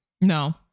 No